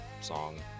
song